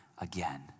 Again